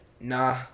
nah